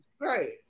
Right